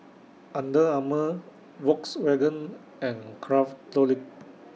Under Armour Volkswagen and Craftholic